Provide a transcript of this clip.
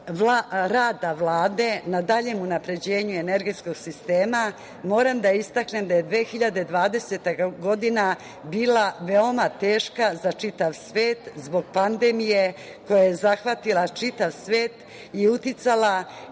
rada Vlade na daljem unapređenju energetskog sistema moram da istaknem da je 2020. godina bila veoma teška za čitav svet zbog pandemije koja je zahvatila čitav svet i uticala